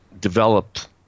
developed